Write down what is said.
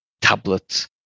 tablets